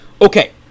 Okay